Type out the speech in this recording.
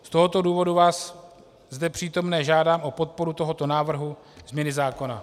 Z tohoto důvodu vás, zde přítomné, žádám o podporu tohoto návrhu změny zákona.